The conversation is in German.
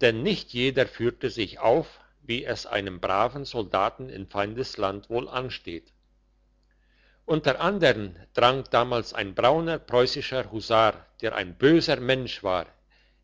denn nicht jeder führte sich auf wie es einem braven soldaten in feindesland wohl ansteht unter andern drang damals ein brauner preussischer husar der ein böser mensch war